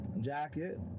jacket